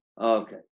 Okay